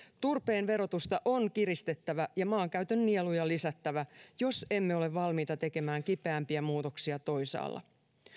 turpeen verotusta on kiristettävä ja maankäytön nieluja lisättävä jos emme ole valmiita tekemään kipeämpiä muutoksia toisaalla